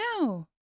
no